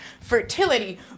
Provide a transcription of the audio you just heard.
fertility